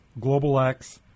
GlobalX